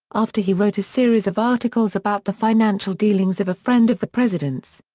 after he wrote a series of articles about the financial dealings of a friend of the president's.